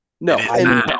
No